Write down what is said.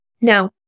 Now